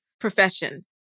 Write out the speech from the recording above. profession